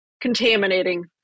contaminating